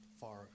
far